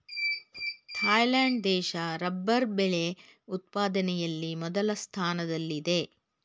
Thailand ದೇಶ rubber ಬೆಳೆ ಉತ್ಪಾದನೆಯಲ್ಲಿ ಮೊದಲ ಸ್ಥಾನದಲ್ಲಿದೆ